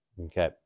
Okay